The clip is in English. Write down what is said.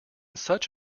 such